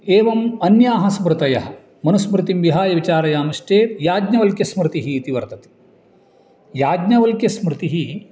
एवम् अन्याः स्मृतयः मनुस्मृतिं विहाय विचारयामश्चेत् याज्ञवल्क्यस्मृतिः इति वर्तते याज्ञवल्क्यस्मृतिः